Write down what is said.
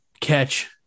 catch